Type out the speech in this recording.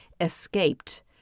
escaped